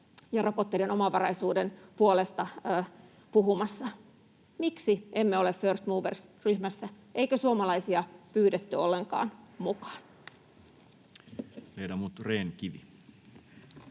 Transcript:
ja rokotteiden omavaraisuuden puolesta puhumassa? Miksi emme ole First Movers ‑ryhmässä? Eikö suomalaisia pyydetty ollenkaan mukaan?